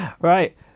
right